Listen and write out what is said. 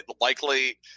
likely